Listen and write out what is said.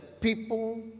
people